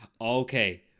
okay